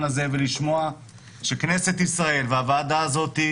הזה ולשמוע שכנסת ישראל והוועדה הזאת,